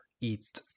eat